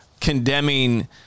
condemning